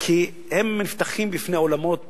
כי הם נפתחים בפני עולמות